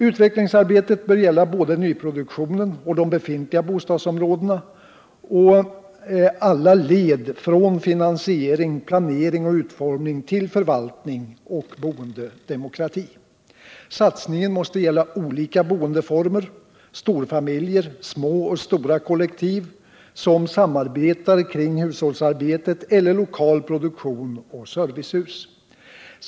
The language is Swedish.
Utvecklingsarbetet bör gälla både nyproduktionen och de befintliga bostadsområdena och alla led från finansiering, planering och utformning till förvaltning och boendedemokrati. Satsningen måste gälla olika boendeformer, storfamiljer, små och stora kollektiv som samarbetar kring hushållsarbetet eller lokal produktion och servicehus.